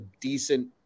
decent –